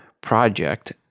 project